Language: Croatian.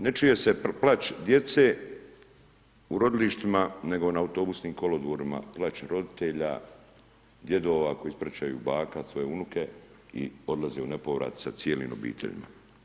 Ne čuje se plać djece u rodilištima nego na autobusnim kolodvorima, plač roditelja, djedova koje ispračaju, baka svoje unuke i odlaze u nepovrat sa cijelim obiteljima.